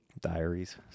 diaries